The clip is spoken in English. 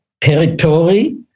territory